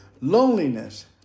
loneliness